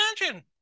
imagine